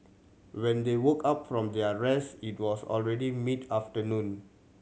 when they woke up from their rest it was already mid afternoon